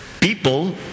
people